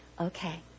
Okay